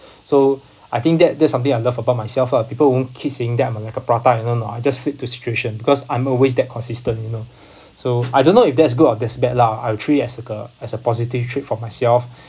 so I think that that's something I love about myself lah people wouldn't keep saying that I am like a prata you know know I just flip to situation because I'm always that consistent you know so I don't know if that's good or that's bad lah I'll treat it as a as a positive trait for myself